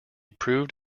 proved